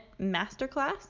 masterclass